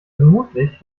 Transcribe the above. vermutlich